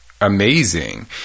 amazing